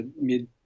mid